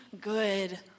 good